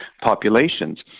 populations